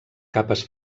capes